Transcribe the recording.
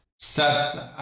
Set